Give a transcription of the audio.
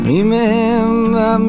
Remember